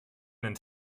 and